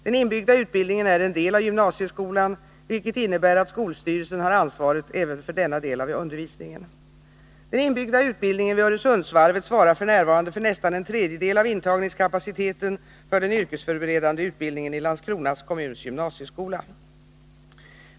Den inbyggda utbildningen är en del av gymnasieskolan, vilket innebär att skolstyrelsen har ansvaret även för denna del av undervisningen. 3 Den inbyggda utbildningen vid Öresundsvarvet svarar f. n. för nästan en tredjedel av intagningskapaciteten för den yrkesförberedande utbildningen i Landskrona kommuns gymnasieskola.